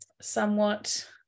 somewhat